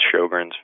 Sjogren's